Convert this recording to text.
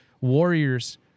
Warriors